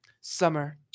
summer